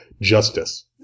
justice